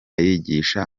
yigishaga